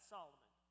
Solomon